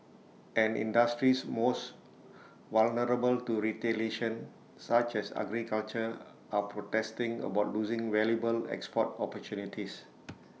and industries most vulnerable to retaliation such as agriculture are protesting about losing valuable export opportunities